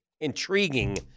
intriguing